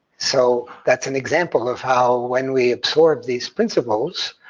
so that's an example of how, when we absorb these principles,